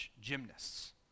gymnasts